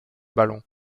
ballon